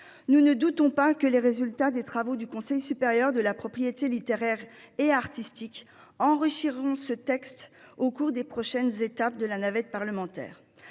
Nous ne doutons pas que les résultats des travaux du Conseil supérieur de la propriété littéraire et artistique enrichiront ce texte au cours des prochaines étapes de la navette parlementaire.